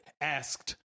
asked